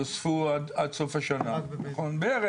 -- שיתווספו עד סוף השנה, בערך.